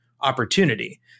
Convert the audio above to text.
opportunity